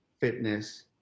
fitness